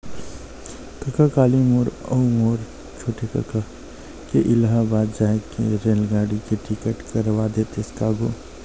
कका काली मोर अऊ मोर छोटे कका के इलाहाबाद जाय के रेलगाड़ी के टिकट करवा देतेस का गो